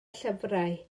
llyfrau